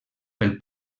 pel